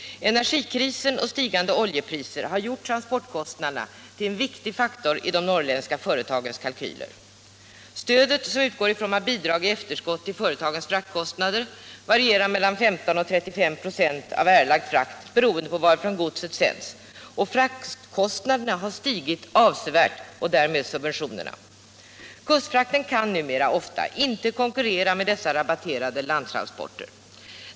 Energikrisen och stigande oljepriser har gjort transportkostnaderna till en viktig faktor i de norrländska företagens kalkyler. Stödet, som utgår i form av bidrag i efterskott till företagens fraktkostnader, varierar mellan 15 och 35 96 av erlagd frakt beroende på varifrån godset sänts. Fraktkostnaderna har stigit avsevärt och därmed subventionerna. Kustfarten kan numera ofta inte konkurrera med dessa rabatterade landtransporter.